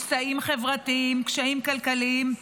שסעים חברתיים וקשיים כלכליים,